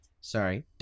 sorry